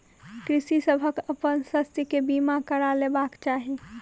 कृषक सभ के अपन शस्य के बीमा करा लेबाक चाही